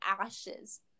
ashes